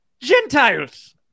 gentiles